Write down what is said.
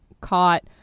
caught